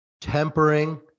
tempering